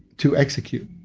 to execute.